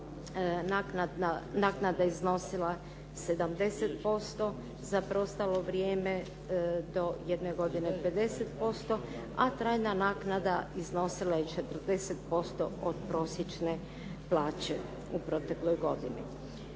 naknada iznosila 70%, za preostalo vrijeme do jedne godine 50%, a trajna naknada iznosila je 40% od prosječne plaće u protekloj godini.